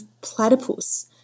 platypus